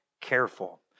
careful